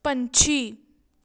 ਪੰਛੀ